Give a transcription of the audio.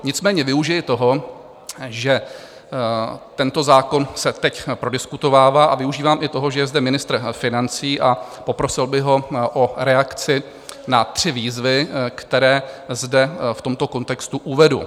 Nicméně využiji toho, že tento zákon se teď prodiskutovává, a využívám i toho, že je zde ministr financí, a poprosil bych ho o reakci na tři výzvy, které zde v tomto kontextu uvedu.